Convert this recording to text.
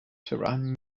tehran